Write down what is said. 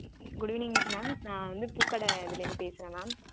good evening ma'am நான் வந்து பூ கடை இதுலேருந்து பேசுகிறேன் மேம்